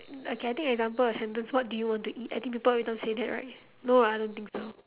okay I think example a sentence what do you want to eat I think people every time say that right no ah I don't think so